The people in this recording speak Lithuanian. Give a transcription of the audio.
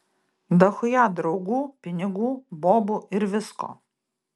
dachuja draugų pinigų bobų ir visko